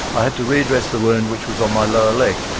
i had to re-dress the wound which was on my lower leg,